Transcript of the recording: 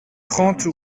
trente